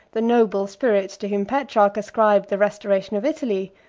the noble spirit to whom petrarch ascribed the restoration of italy,